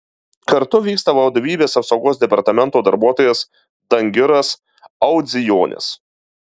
kartu vyksta vadovybės apsaugos departamento darbuotojas dangiras audzijonis